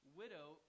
widow